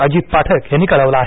अजित पाठक यांनी कळवलं आहे